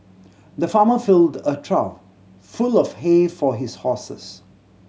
the farmer filled a trough full of hay for his horses